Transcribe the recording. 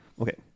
okay